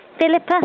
Philippa